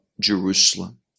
Jerusalem